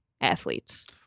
athletes